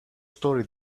story